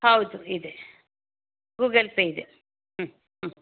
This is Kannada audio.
ಹೌದು ಇದೆ ಗೂಗಲ್ ಪೆ ಇದೆ ಹ್ಞ ಹ್ಞ